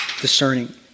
discerning